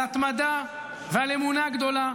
על התמדה ועל אמונה גדולה,